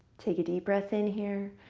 take a deep breath in here,